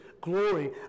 glory